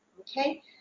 okay